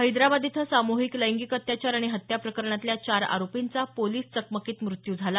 हैदराबाद इथं सामुहिक लैंगिक अत्याचार आणि हत्या प्रकरणातल्या चार आरोपींचा पोलिस चकमकीत मृत्यू झाला